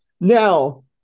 Now